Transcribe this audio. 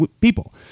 people